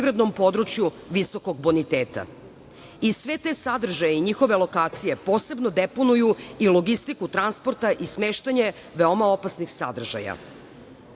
poljoprivrednom području visokog boniteta. Sve te sadržaje i njihove lokacije posebno deponuju i logistiku transporta i smeštanje veoma opasnih sadržaja.